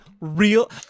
real